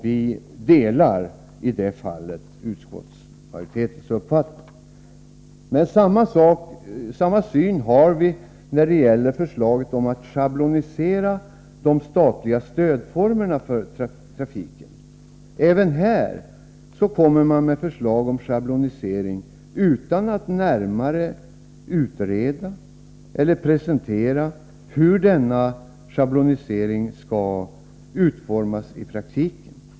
Vi delar i det fallet utskottsmajoritetens uppfattning. Samma syn har vi när det gäller förslaget om att schablonisera de statliga stödformerna för trafiken. Även här kommer man med förslag om schablonisering utan att närmare utreda eller presentera hur denna schablonisering skall utformas i praktiken.